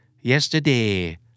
yesterday